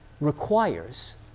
requires